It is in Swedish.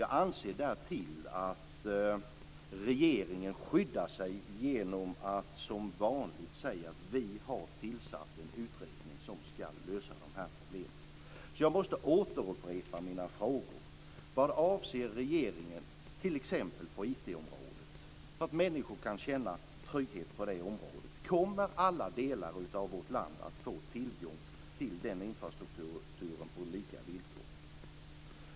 Jag anser därtill att regeringen skyddar sig genom att - som vanligt - säga: Vi har tillsatt en utredning som ska lösa de här problemen. Jag måste därför upprepa mina frågor: Vad avser regeringen göra t.ex. på IT-området, så att människor kan känna trygghet på det området? Kommer alla delar av vårt land att få tillgång till den infrastrukturen på lika villkor?